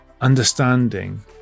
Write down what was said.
understanding